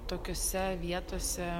tokiose vietose